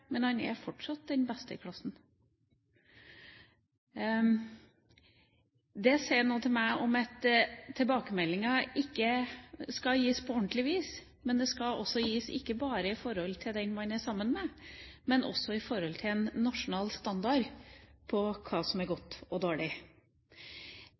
Men han er fortsatt den beste i klassen. Det sier meg noe om at tilbakemeldinger ikke skal gis på ordentlig vis, de skal også gis ikke bare i forhold til dem man er sammen med, men også i forhold til en nasjonal standard på hva som er